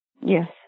Yes